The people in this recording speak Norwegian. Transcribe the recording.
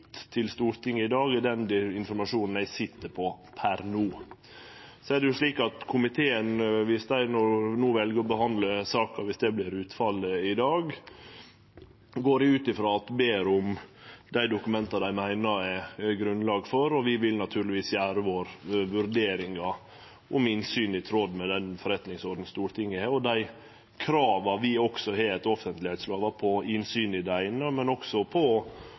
gjeve til Stortinget i dag, er den informasjonen eg sit på per no. Så er det slik at viss utfallet i dag vert at komiteen vel å behandle saka, går eg ut frå at dei ber om dei dokumenta dei meiner det er grunnlag for, og vi vil naturlegvis gjere oss våre vurderingar om innsyn i tråd med den forretningsordenen Stortinget har, og dei krava vi også etter offentleglova for det eine har om innsyn, men også